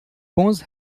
bons